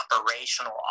operational